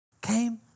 came